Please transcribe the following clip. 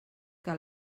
que